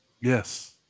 Yes